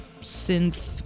synth